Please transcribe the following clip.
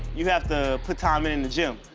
you have to put time in in the gym.